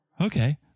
okay